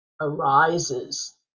arises